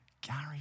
Gary